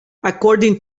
according